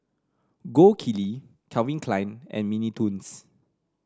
Gold Kili Calvin Klein and Mini Toons